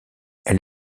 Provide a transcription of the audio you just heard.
elle